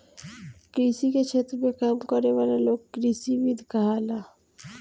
कृषि के क्षेत्र में काम करे वाला लोग कृषिविद कहाला